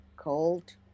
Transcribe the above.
Cold